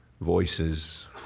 voices